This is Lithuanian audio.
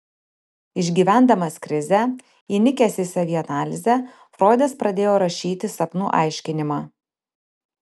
išgyvendamas krizę įnikęs į savianalizę froidas pradėjo rašyti sapnų aiškinimą